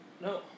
No